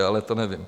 Ale to nevím.